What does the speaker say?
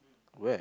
where